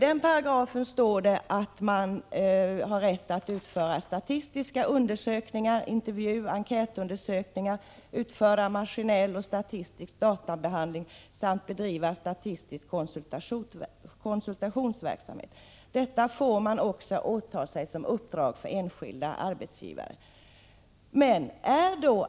Där står att SCB har rätt att utföra statistiska undersökningar, intervjuoch enkätundersökningar, maskinell och statistisk databehandling samt bedriva statistisk konsultationsverksamhet. Detta får man också åta sig i uppdrag åt enskilda arbetsgivare.